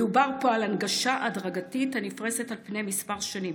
מדובר פה על הנגשה הדרגתית הנפרסת על פני כמה שנים